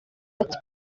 ati